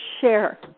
share